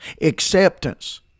Acceptance